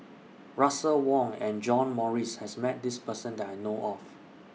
Russel Wong and John Morrice has Met This Person that I know of